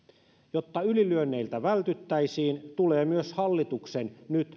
jotta ylilyönneiltä vältyttäisiin tulee myös hallituksen nyt